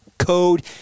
Code